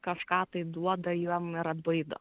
kažką tai duoda jiem ir atbaido